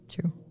True